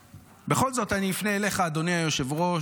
בכל זאת אני אפנה אליך, אדוני היושב-ראש.